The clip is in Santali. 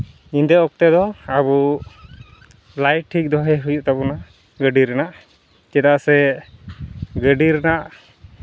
ᱧᱤᱫᱟᱹ ᱚᱠᱛᱮ ᱫᱚ ᱟᱵᱚ ᱞᱟᱭᱤᱴ ᱴᱷᱤᱠ ᱫᱚᱦᱚᱭ ᱦᱩᱭᱩᱜ ᱛᱟᱵᱚᱱᱟ ᱜᱟᱹᱰᱤ ᱨᱮᱱᱟᱜ ᱪᱮᱫᱟᱜ ᱥᱮ ᱜᱟᱹᱰᱤ ᱨᱮᱱᱟᱜ